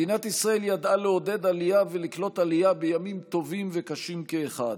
מדינת ישראל ידעה לעודד עלייה ולקלוט עלייה בימים טובים וקשים כאחד.